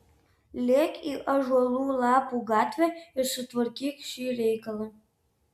lėk į ąžuolų lapų gatvę ir sutvarkyk šį reikalą